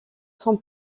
son